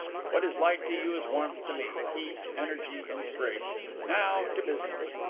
what is light to you is warmth to me heat, energy, inspiration. now to business.